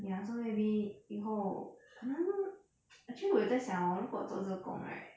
ya so maybe 以后可能 actually 我有在想 hor 如果我做这个工 right